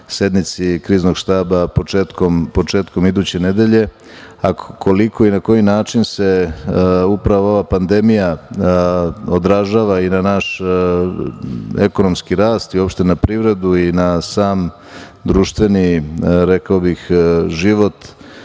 sednici Kriznog štaba početkom iduće nedelje. Koliko i na koji način se upravo ova pandemija odražava i na naš ekonomski rast i uopšte na privredu i na sam društveni, rekao bih život,